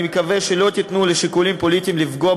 אני מקווה שלא תיתנו לשיקולים פוליטיים לפגוע